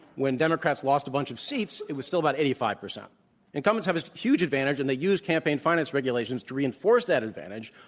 when democrats lost a bunch of seats, it was still about eighty five percent. so incumbents have this huge advantage and they use campaign finance regulations to reinforce that advantage.